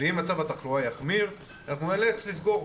ואם מצב התחלואה יחמיר נאלץ לסגור.